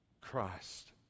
Christ